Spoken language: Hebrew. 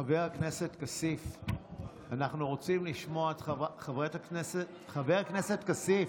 חבר הכנסת כסיף, חבר הכנסת כסיף,